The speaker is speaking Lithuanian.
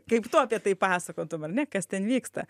kaip tu apie tai pasakotum ar ne kas ten vyksta